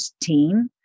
team